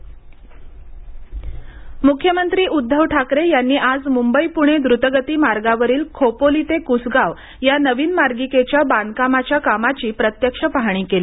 बांधकाम पाहणी मुख्यमंत्री उद्घव ठाकरे यांनी आज मुंबई पुणे द्रुतगती मार्गावरील खोपोली ते कुसगाव या नवीन मार्गिकेच्या बांधकामाच्या कामाची प्रत्यक्ष पाहणी केली